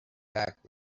back